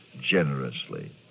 generously